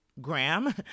Graham